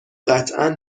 قطعا